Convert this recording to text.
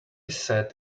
said